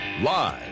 Live